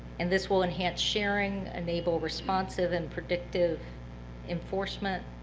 and this will enhance sharing, enable responsive and predictive enforcement,